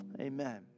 Amen